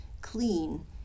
clean